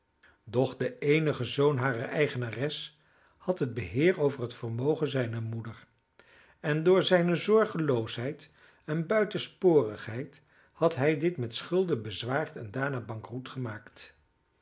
de eenige zoon harer eigenares had het beheer over het vermogen zijner moeder en door zijne zorgeloosheid en buitensporigheid had hij dit met schulden bezwaard en daarna bankroet gemaakt